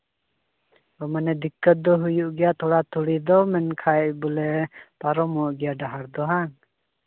ᱢᱟᱱᱮ ᱫᱤᱠᱠᱚᱛ ᱫᱚ ᱦᱩᱭᱩᱜ ᱜᱮᱭᱟ ᱛᱷᱚᱲᱟ ᱛᱷᱩᱲᱤ ᱫᱚ ᱢᱮᱱᱠᱷᱟᱱ ᱵᱚᱞᱮ ᱯᱟᱨᱚᱢᱚᱜ ᱜᱮᱭᱟ ᱰᱟᱦᱟᱨ ᱫᱚ ᱵᱟᱝ